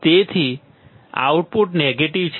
તેથી output negative છે